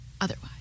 otherwise